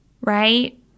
right